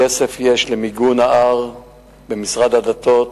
כסף יש למיגון ההר במשרד הדתות,